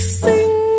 sing